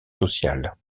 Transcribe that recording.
sociales